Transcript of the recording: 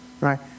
Right